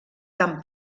tan